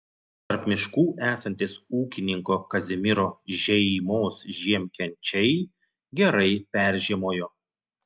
tarp miškų esantys ūkininko kazimiro žeimos žiemkenčiai gerai peržiemojo